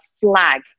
flag